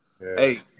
Hey